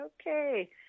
okay